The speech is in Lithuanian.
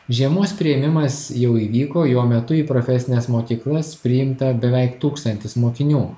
žiemos priėmimas jau įvyko jo metu į profesines mokyklas priimta beveik tūkstantis mokinių